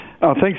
Thanks